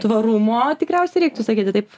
tvarumo tikriausiai reiktų sakyti taip